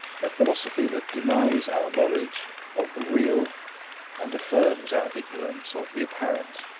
a philosophy that denies our knowledge of the real and affirms our ignorance of the apparent.